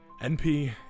NP